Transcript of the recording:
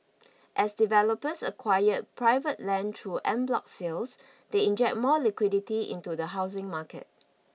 as developers acquire private land through en bloc sales they inject more liquidity into the housing market